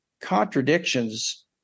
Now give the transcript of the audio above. contradictions